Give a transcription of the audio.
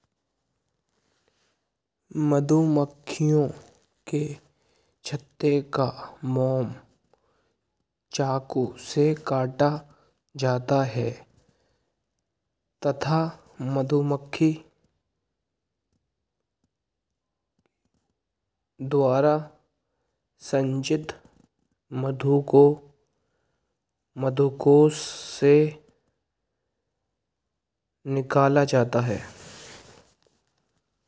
मधुमक्खियों के छत्ते का मोम चाकू से काटा जाता है तथा मधुमक्खी द्वारा संचित मधु को मधुकोश से निकाला जाता है